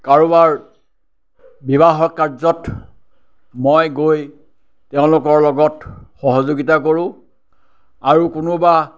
কাৰোবাৰ বিবাহৰ কাৰ্যত মই গৈ তেওঁলোকৰ লগত সহযোগীতা কৰোঁ আৰু কোনোবা